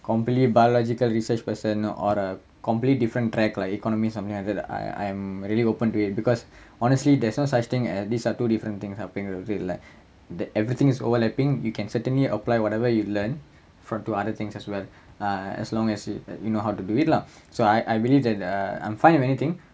completely biological research person or a complete different track like economist something like that I I'm really open to it because honestly there's no such thing as these are two different things helping you will be like the everything is overlapping you can certainly apply whatever you learn from two other things as well uh as long as you like you know how to do it lah so I I believe that uh I'm fine with anything